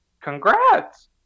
Congrats